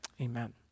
Amen